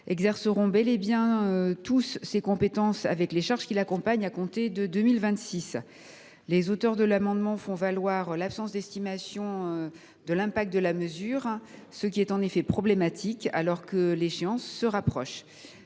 exerceront bel et bien ces compétences et supporteront donc les charges qui l’accompagnent à compter de 2026. Les auteurs de ces amendements font valoir l’absence d’estimation de l’impact de la mesure, ce qui est en effet problématique alors que l’échéance se rapproche.